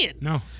No